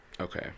Okay